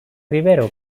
rivero